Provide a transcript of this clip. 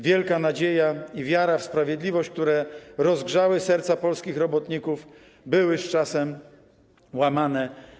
Wielka nadzieja i wiara w sprawiedliwość, które rozgrzały serca polskich robotników, były z czasem łamane.